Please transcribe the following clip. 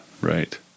Right